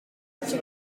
also